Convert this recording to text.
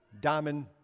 diamond